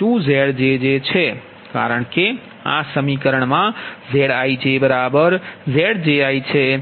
2Zij છે કારણ કે આ સમીકરણ માંZijZji છે